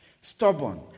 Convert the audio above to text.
stubborn